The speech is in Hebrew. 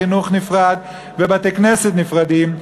חינוך נפרד ובתי-כנסת נפרדים,